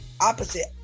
opposite